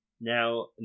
Now